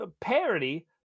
parody